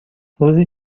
روزی